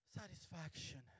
satisfaction